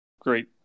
Great